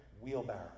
Wheelbarrow